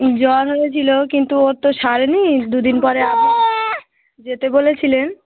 জ্বর হয়েছিল কিন্তু ওর তো সারেনি দুদিন পরে আবার যেতে বলেছিলেন